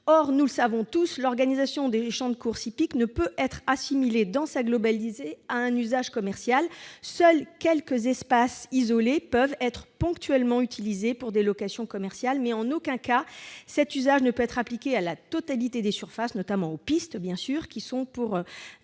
marchandises ... Or l'organisation des courses hippiques ne peut être assimilée dans sa globalité à un usage commercial. Seuls quelques espaces isolés peuvent être ponctuellement utilisés pour des locations commerciales, mais en aucun cas cet usage ne peut être appliqué à la totalité des surfaces, qui sont pour